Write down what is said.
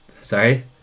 Sorry